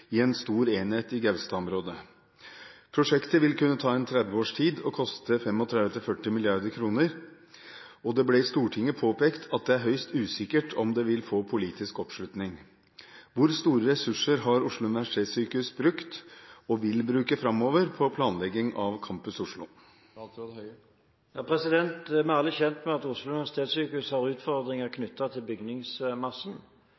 i én stor enhet i Gaustad-området. Prosjektet vil kunne ta en 30 års tid og koste 35–40 mrd. kr, og det ble i Stortinget påpekt at det er høyst usikkert om det vil få politisk oppslutning. Hvor store ressurser har OUS brukt og vil bruke framover på planlegging av Campus Oslo?» Vi er alle kjent med at Oslo universitetssykehus har utfordringer